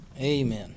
amen